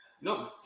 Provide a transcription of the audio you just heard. No